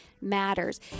matters